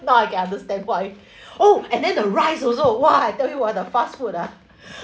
now I understand why oh and then the rice also !wah! I tell you ah the fast food ah